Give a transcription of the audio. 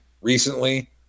Recently